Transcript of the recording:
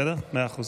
מאה אחוז.